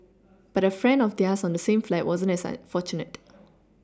but a friend of theirs on the same flight wasn't as fortunate